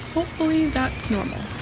hopefully, that's normal